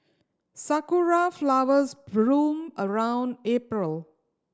sakura flowers bloom around April